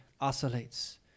oscillates